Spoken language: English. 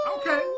Okay